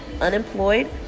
unemployed